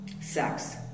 sex